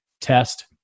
test